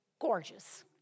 Gorgeous